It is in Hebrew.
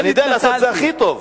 אני יודע לעשות את זה הכי טוב.